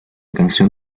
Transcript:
canción